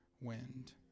wind